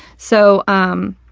so, um,